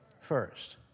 first